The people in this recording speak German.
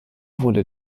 wurde